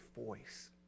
voice